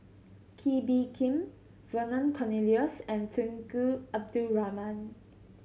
Kee Bee Khim Vernon Cornelius and Tunku Abdul Rahman